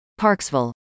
Parksville